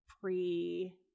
pre